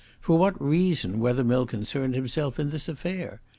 for what reason wethermill concerned himself in this affair?